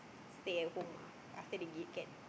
stay at home ah after they give get